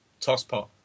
tosspot